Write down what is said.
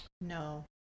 No